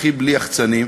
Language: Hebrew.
הכי בלי יחצנים,